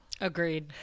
agreed